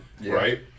Right